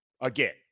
Again